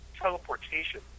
teleportation